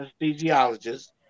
anesthesiologist